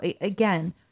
again